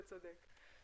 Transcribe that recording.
אתה צודק.